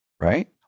right